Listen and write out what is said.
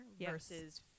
versus